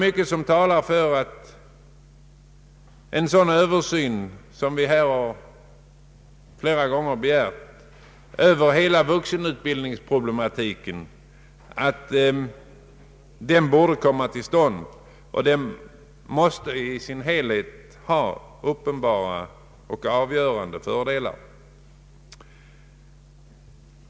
Mycket talar för att en sådan översyn av alla vuxenutbildningsproblem som vi flera gånger har begärt bör komma till stånd. En sådan samlad översyn måste ha uppenbara och avgörande fördelar.